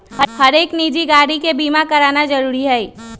हरेक निजी गाड़ी के बीमा कराना जरूरी हई